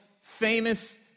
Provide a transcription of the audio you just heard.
famous